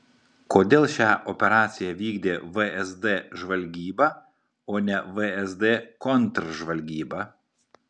kodėl šią operaciją vykdė vsd žvalgyba o ne vsd kontržvalgyba